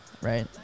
right